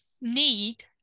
Need